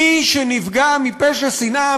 מי שנפגע מפשע שנאה,